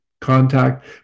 contact